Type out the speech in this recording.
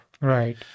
Right